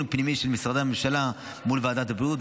פנימי של משרדי הממשלה מול ועדת הבריאות.